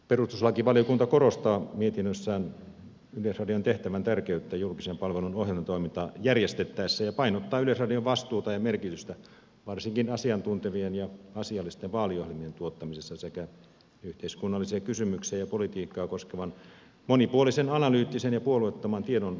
perustuslakivaliokunta korostaa mietinnössään yleisradion tehtävän tärkeyttä julkisen palvelun ohjelmatoimintaa järjestettäessä ja painottaa yleisradion vastuuta ja merkitystä varsinkin asiantuntevien ja asiallisten vaaliohjelmien tuottamisessa sekä yhteiskunnallisia kysymyksiä ja politiikkaa koskevan monipuolisen analyyttisen ja puolueettoman tiedon välittämisessä